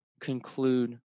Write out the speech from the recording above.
conclude